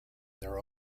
their